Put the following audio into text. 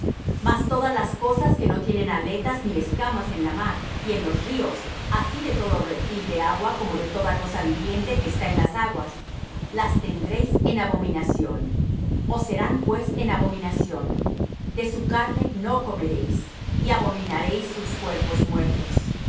mas todas las cosas que no tienen aletas ni escamas en la mar y en los ríos así de todo reptil de agua como de toda cosa viviente que está en las aguas las tendréis en abominación os serán pues en abominación de su carne no comeréis y abominaréis sus cuerpos muertos